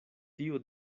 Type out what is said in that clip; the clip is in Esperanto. tiu